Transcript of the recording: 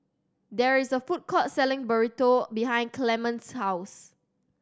there is a food court selling Burrito behind Clement's house